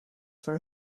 for